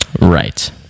Right